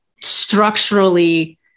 structurally